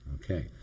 Okay